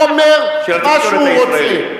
הוא אומר מה שהוא רוצה.